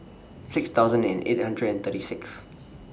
six thousand and eight hundred and thirty Sixth